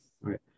Right